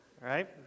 right